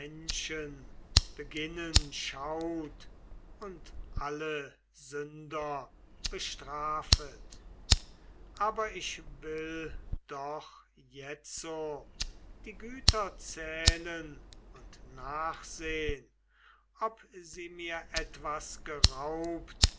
beginnen schaut und alle sünder bestrafet aber ich will doch jetzo die güter zählen und nach sehn ob sie mir etwas geraubt